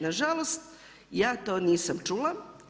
Nažalost, ja to nisam čula.